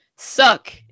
Suck